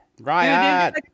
riot